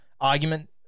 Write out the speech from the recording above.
argument